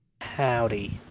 Howdy